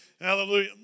Hallelujah